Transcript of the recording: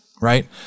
right